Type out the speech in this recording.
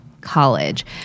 college